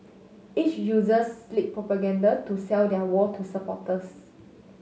each uses slick propaganda to sell their war to supporters